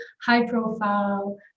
high-profile